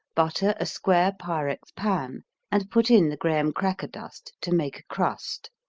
butter a square pyrex pan and put in the graham-cracker dust to make a crust.